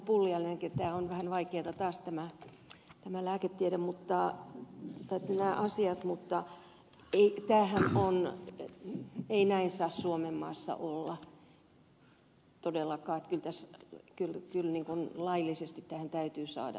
pulliaisellekin niin tämä on vähän vaikeata taas tämä lääketiede tai nämä asiat mutta ei näin saa suomenmaassa olla todellakaan että kyllä tähän laillisesti täytyy saada jotakin tolkkua